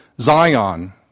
Zion